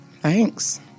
Thanks